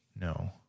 no